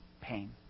pain